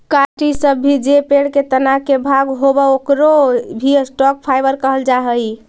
काष्ठ इ सब भी जे पेड़ के तना के भाग होवऽ, ओकरो भी स्टॉक फाइवर कहल जा हई